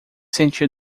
sentiu